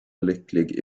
lycklig